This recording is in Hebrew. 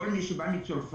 כל מי שעולה מצרפת,